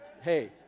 hey